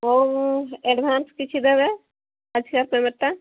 ହେଉ ଏଡଭାନ୍ସ କିଛି ଦେବେ ଆସିବାର ପ୍ୟାମେଣ୍ଟଟା